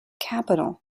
capital